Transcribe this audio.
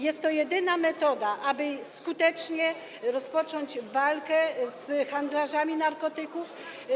Jest to jedyna metoda, aby skutecznie rozpocząć walkę z handlarzami narkotyków.